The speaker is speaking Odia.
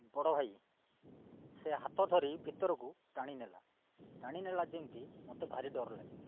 ବଡ଼ ଭାଇ ସେ ହାତ ଧରି ଭିତରକୁ ଟାଣି ନେଲା ଟାଣି ନେଲା ଯେମିତି ମୋତେ ଭାରି ଡର ଲାଗିଲା